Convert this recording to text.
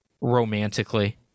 romantically